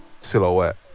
silhouette